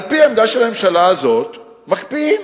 על-פי העמדה של הממשלה הזאת מקפיאים.